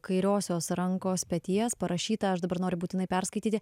kairiosios rankos peties parašyta aš dabar noriu būtinai perskaityti